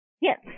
Yes